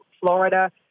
Florida